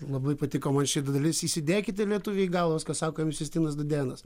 labai patiko man ši dalis įsidėkite lietuviai į galvas ką sako jums justinas dūdėnas